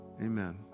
Amen